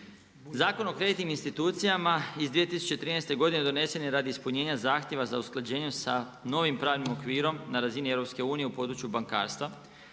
Zakon o kreditnim institucijama iz 2013. godine donesen je radi ispunjenja zahtjeva za usklađenje sa novim pravnim okvirom na razini EU u području bankarstva,